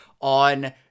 on